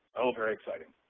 oh, very exciting.